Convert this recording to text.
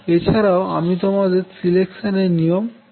এছাড়াও আমি তোমাদের সিলেকশান এর নিয়ম বলবো